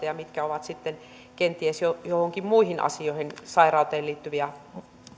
ja mitkä ovat sitten kenties joihinkin muihin asioihin sairauteen liittyviä